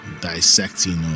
dissecting